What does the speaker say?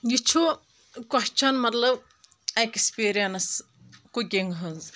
یہِ چھُ کوسچن مطلب ایٚکٕسپیرینس کُکِنگ ہٕنٛز